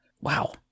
Wow